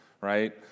right